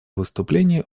выступление